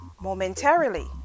Momentarily